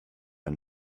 and